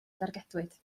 dargedwyd